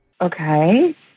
Okay